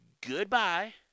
goodbye